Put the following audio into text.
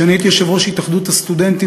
כשאני הייתי יושב-ראש התאחדות הסטודנטים